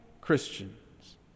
Christians